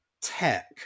tech